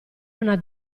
una